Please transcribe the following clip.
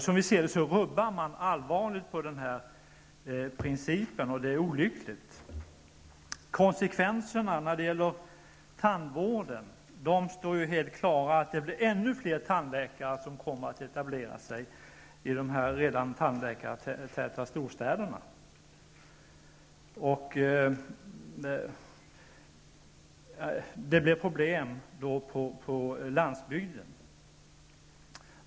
Som vi ser det rubbar man allvarligt på denna princip, och det är olyckligt. Konsekvenserna för tandvården står helt klara. Ännu fler tandläkare kommer att etablera sig i de redan tandläkartäta storstäderna. Det blir problem på landsbygden.